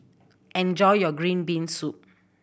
enjoy your green bean soup